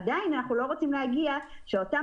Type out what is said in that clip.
עדיין אנחנו לא רוצים להגיע למצב שאותם